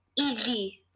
Easy